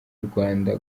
rwanda